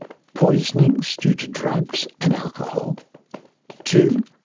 poisonings due to drugs and alcohol two,